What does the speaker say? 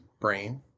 brain